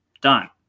Done